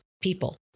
people